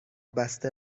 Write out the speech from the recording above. بسته